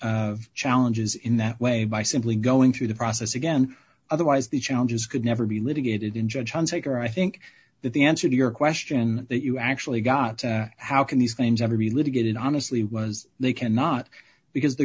of challenges in that way by simply going through the process again otherwise the challenges could never be litigated in judge hunsicker i think that the answer to your question that you actually got how can these claims ever be litigated honestly was they cannot because the